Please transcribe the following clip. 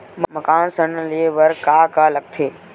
मकान ऋण ले बर का का लगथे?